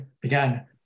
began